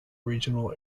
regional